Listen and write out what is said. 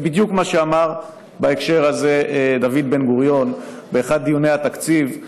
זה בדיוק מה שאמר בהקשר הזה דוד בן-גוריון באחד מדיוני התקציב,